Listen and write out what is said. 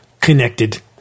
Connected